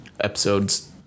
Episodes